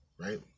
Right